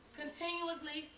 continuously